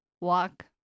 walk